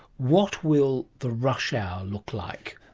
what will the rush-hour look like?